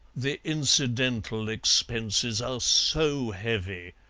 the incidental expenses are so heavy,